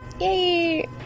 yay